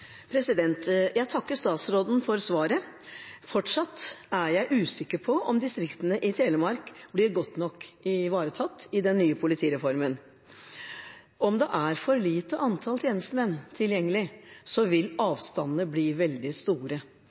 Jeg takker statsråden for svaret. Fortsatt er jeg usikker på om distriktene i Telemark blir godt nok ivaretatt i den nye politireformen. Om det er for lite antall tjenestemenn tilgjengelig, vil avstandene bli veldig store.